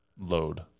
load